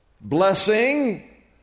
blessing